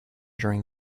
during